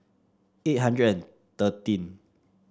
eight hundred thirteen